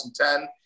2010